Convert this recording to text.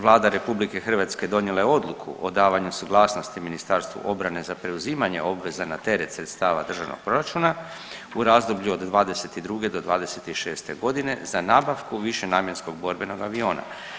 Vlada RH donijela je odluku o davanju suglasnosti Ministarstvu obrane za preuzimanje obveza na teret sredstava državnog proračuna u razdoblju od 2022.-2026.g. za nabavku višenamjenskog borbenog aviona.